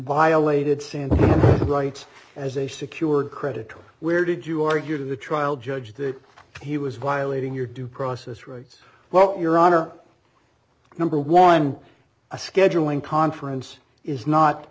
violated sand rights as a secured credit where did you argue to the trial judge that he was violating your due process rights well your honor number one a scheduling conference is not